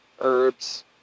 herbs